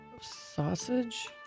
Sausage